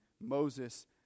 Moses